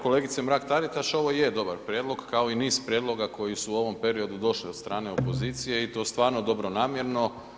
Kolegice Mrak-Taritaš, ovo je dobar prijedlog, kao i niz prijedloga koji su u ovom periodu došli od strane opozicije i to stvarno dobronamjerno.